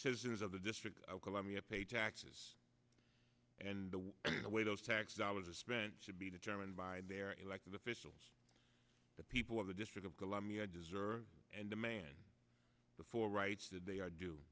is of the district of columbia pay taxes and the way those tax dollars are spent should be determined by their elected officials the people of the district of columbia deserve and demand the four rights that they are d